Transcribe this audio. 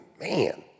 man